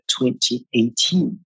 2018